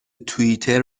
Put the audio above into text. توییتر